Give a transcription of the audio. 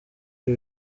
ibi